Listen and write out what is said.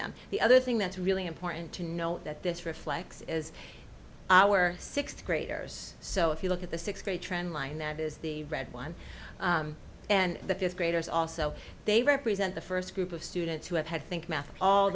them the other thing that's really important to note that this reflects is our sixth graders so if you look at the sixth grade trend line that is the red one and the fifth graders also they represent the first of students who have had think math all